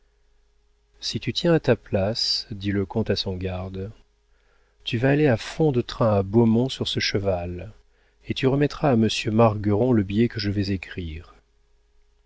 si tu tiens à ta place dit le comte à son garde tu vas aller à fond de train à beaumont sur ce cheval et tu remettras à monsieur margueron le billet que je vais écrire